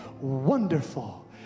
Wonderful